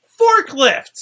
Forklift